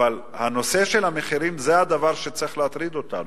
אבל הנושא של המחירים הוא הדבר שצריך להטריד אותנו.